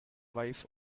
wife